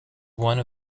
one